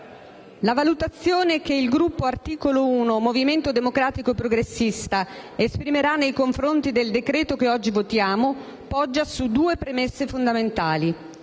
la valutazione che il Gruppo Articolo 1- Movimento Democratico e Progressista esprimerà nei confronti del decreto che oggi votiamo poggia su due premesse fondamentali.